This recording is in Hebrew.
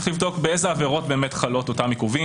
צריך לבדוק באיזה עבירות באמת חלים אותם עיכובים,